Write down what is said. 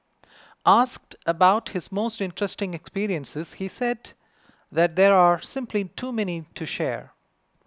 asked about his most interesting experiences he said that there are simply too many to share